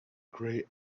grey